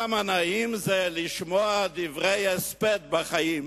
כמה נעים לשמוע דברי הספד בחיים.